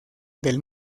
del